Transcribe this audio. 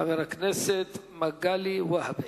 חבר הכנסת מגלי והבה.